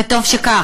וטוב שכך.